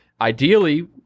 Ideally